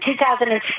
2006